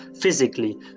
physically